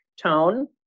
tone